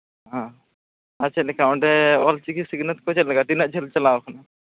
ᱦᱚᱸ ᱟᱨ ᱪᱮᱫ ᱞᱮᱠᱟ ᱚᱸᱰᱮ ᱚᱞ ᱪᱤᱠᱤ ᱥᱤᱠᱷᱱᱟᱹᱛ ᱠᱚ ᱪᱮᱫ ᱞᱮᱠᱟ ᱛᱤᱱᱟᱹᱜ ᱡᱷᱟᱹᱞ ᱪᱟᱞᱟᱣ ᱠᱟᱱᱟ